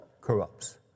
corrupts